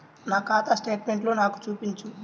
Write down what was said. నా ఖాతా స్టేట్మెంట్ను నాకు చూపించు